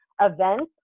events